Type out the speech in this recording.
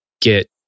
get